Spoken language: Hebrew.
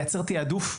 לייצר תעדוף,